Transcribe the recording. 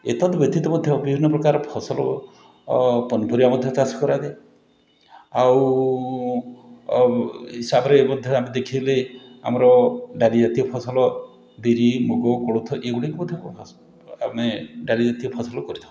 ଏତଦ୍ବ୍ୟତୀତ ମଧ୍ୟ ବିଭିନ୍ନପ୍ରକାର ଫସଲ ଓ ପନିପରିବା ମଧ୍ୟ ଚାଷ କରାଯାଏ ଆଉ ଆଉ ହିସାବରେ ମଧ୍ୟ ଆମେ ଦେଖିଲେ ଆମର ଡାଲି ଜାତୀୟଫସଲ ବିରି ମୁଗ କୋଳଥ ଏଗୁଡ଼ିକ ମଧ୍ୟ ଆମେ ଡାଲିଜାତୀୟ ଫସଲ କରିଥାଉ